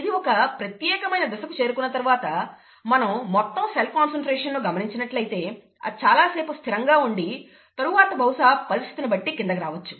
ఇది ఒక ప్రత్యేకమైన దశకు చేరుకున్న తరువాత మనం మొత్తం సెల్ కాన్సన్ట్రేషన్ ను గమనించినట్లయితే అది చాలా సేపు స్థిరంగా ఉండి తరువాత బహుశా పరిస్థితి బట్టి కిందకు రావచ్చు